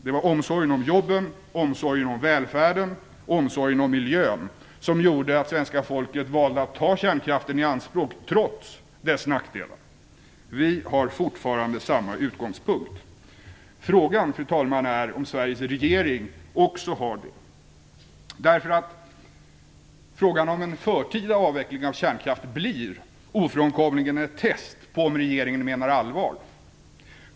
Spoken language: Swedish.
Det var omsorgen om jobben, omsorgen om välfärden och omsorgen om miljön som gjorde att svenska folket valde att ta kärnkraften i anspråk trots dess nackdelar. Vi har fortfarande samma utgångspunkt. Frågan är, fru talman, om Sveriges regering också har det. Frågan om en förtida avveckling av kärnkraften blir ofrånkomligen ett test av om regeringen menar allvar.